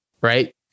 right